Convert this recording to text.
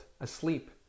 asleep